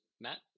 Matt